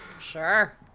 sure